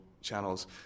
channels